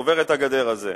עובר את הגדר הזאת,